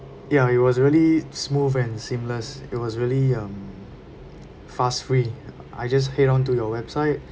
ya it was really smooth and seamless it was really um fuss free I just head on to your website